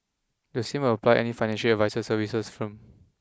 the same will apply any financial advisory services firm